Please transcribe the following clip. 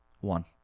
One